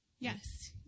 Yes